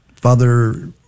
Father